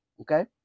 okay